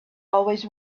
always